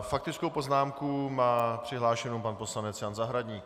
Faktickou poznámku má přihlášenou pan poslanec Jan Zahradník.